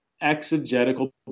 exegetical